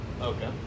Okay